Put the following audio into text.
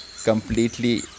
completely